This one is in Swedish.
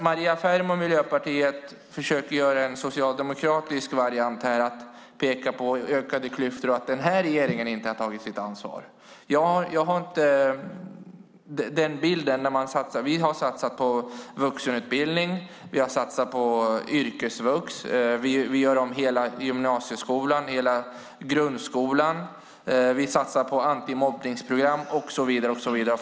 Maria Ferm och Miljöpartiet försöker här med en socialdemokratisk variant och pekar på ökade klyftor och att den här regeringen inte har tagit sitt ansvar. Jag har inte den bilden. Vi har satsat på vuxenutbildning, vi har satsat på yrkesvux, vi gör om hela gymnasieskolan och hela grundskolan, vi satsar på antimobbningsprogram och så vidare.